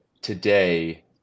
today